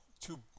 two